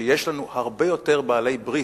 שיש לנו הרבה יותר בעלי ברית,